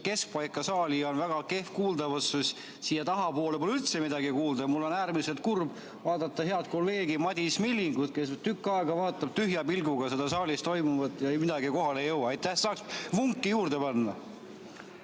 keskpaika saali on väga kehv kuuldavus. Siia tahapoole pole üldse midagi kuulda. Mul on äärmiselt kurb vaadata head kolleegi Madis Millingut, kes tükk aega vaatab tühja pilguga saalis toimuvat, midagi kohale ei jõua. Aitäh! Ehk saaks vunki juurde panna.